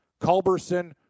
Culberson